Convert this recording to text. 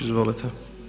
Izvolite.